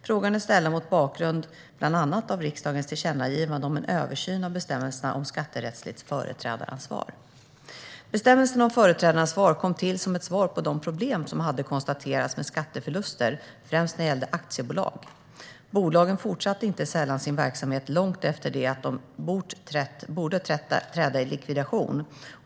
Frågorna är ställda mot bakgrund av bland annat riksdagens tillkännagivande om en översyn av bestämmelserna om skatterättsligt företrädaransvar. Bestämmelserna om företrädaransvar kom till som ett svar på de problem som hade konstaterats med skatteförluster, främst när det gällde aktiebolag. Bolagen fortsatte inte sällan sin verksamhet långt efter det att de hade bort träda i likvidation.